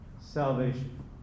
salvation